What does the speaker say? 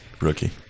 Rookie